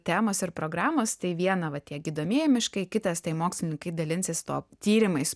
temos ir programos tai viena va tie gydomieji miškai kitas tai mokslininkai dalinsis to tyrimais